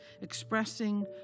expressing